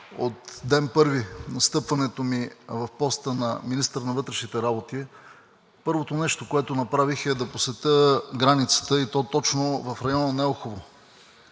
от ден първи на встъпването ми на поста министър на вътрешните работи, първото нещо, което направих, е да посетя границата, и то точно в района на Елхово.